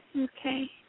Okay